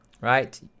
Right